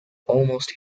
almost